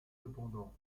cependant